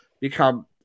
become